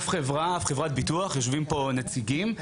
יושבים פה נציגים,